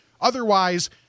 Otherwise